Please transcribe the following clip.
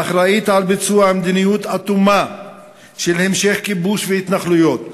האחראים לביצוע מדיניות אטומה של המשך כיבוש והתנחלויות,